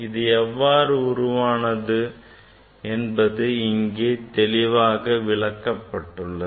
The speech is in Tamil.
இது எவ்வாறு உருவானது என்பது இங்கே தெளிவாக விளக்கப்பட்டுள்ளது